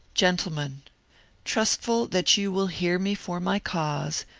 gentlemen trustful that you will hear me for my cause,